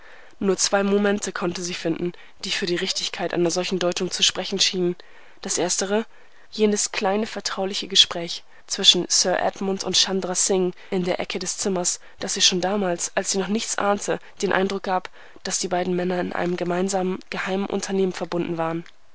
nur zwei momente konnte sie finden die für die richtigkeit einer solchen deutung zu sprechen schienen das erstere jenes kleine vertrauliche gespräch zwischen sir edmund und chandra singh in der ecke des zimmers das ihr schon damals als sie noch nichts ahnte den eindruck gab daß die beiden männer in einem gemeinsamen geheimen unternehmen verbunden waren